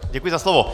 Děkuji za slovo.